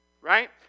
right